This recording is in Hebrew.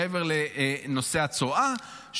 מעבר לנושא הצואה,